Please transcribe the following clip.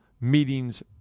meetings